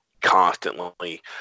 constantly